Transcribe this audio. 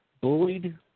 bullied